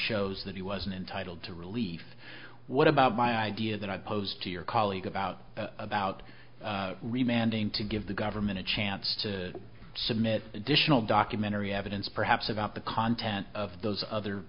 shows that he wasn't entitled to relief what about my ideas and i posed to your colleague about about remanding to give the government a chance to submit additional documentary evidence perhaps about the content of those other